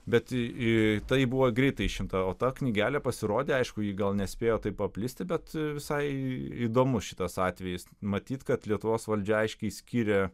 bet į į tai buvo greitai išimta o ta knygelė pasirodė aišku ji gal nespėjo taip paplisti bet visai įdomus šitas atvejis matyt kad lietuvos valdžia aiškiai skiria